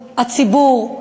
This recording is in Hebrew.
הציבור,